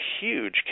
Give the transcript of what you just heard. huge